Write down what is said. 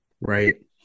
right